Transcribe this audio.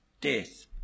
death